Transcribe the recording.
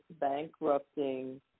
bankrupting